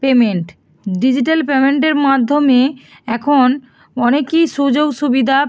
payment digital পেমেন্টের মাধ্যমে এখন অনেকই সুযোগ সুবিধা